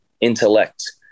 intellect